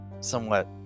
somewhat